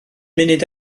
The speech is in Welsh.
munud